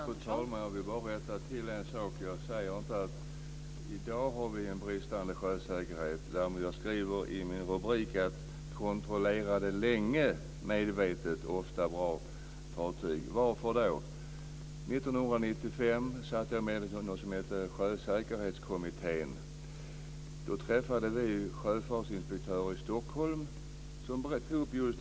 Fru talman! Jag vill bara rätta till en sak. Jag säger inte att vi i dag har en bristande sjösäkerhet. Jag skriver i min rubrik att "kontrollerade länge medvetet ofta bra fartyg". Varför gjorde man det? År 1995 satt jag med i något som hette Sjösäkerhetskommittén. Då träffade vi sjöfartsinspektörer i Stockholm som just tog upp detta.